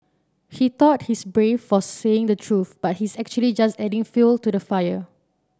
he thought he's brave for saying the truth but he's actually just adding fuel to the fire